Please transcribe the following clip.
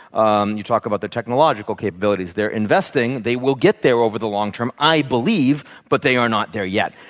and you talk about the technological capabilities, they're investing. they will get there over the long-term, i believe, but they are not there yet.